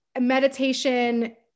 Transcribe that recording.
meditation